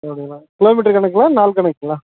அப்படிங்களா கிலோமீட்டரு கணக்குங்களா நாள் கணக்குங்களா